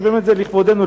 ובאמת זה לכבודנו,